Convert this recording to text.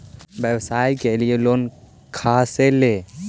व्यवसाय के लिये लोन खा से ले?